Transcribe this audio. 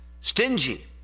Stingy